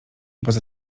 poza